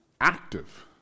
active